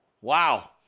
Wow